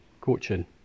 coaching